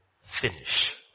finish